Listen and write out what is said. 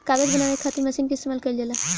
कागज बनावे के खातिर मशीन के इस्तमाल कईल जाला